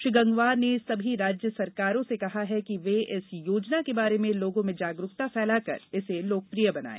श्री गंगवार ने सभी राज्य सरकारों से कहा कि वे इस योजना के बारे में लोगों में जागरूकता फैलाकर इसे लोकप्रिय बनायें